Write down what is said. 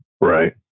Right